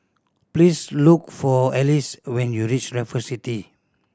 please look for Alize when you reach Raffle City